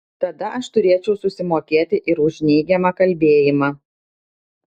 tada aš turėčiau susimokėti ir už neigiamą kalbėjimą